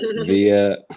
via